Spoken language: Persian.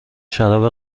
شراب